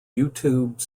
youtube